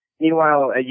Meanwhile